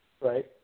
right